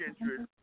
interest